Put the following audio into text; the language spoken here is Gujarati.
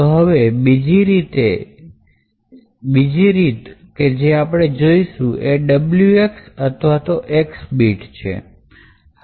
તો હવે બીજી રીત જે આપણે જોઇશું એ Wx અથવા X બીટ છે